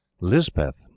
Lisbeth